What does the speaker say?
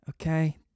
Okay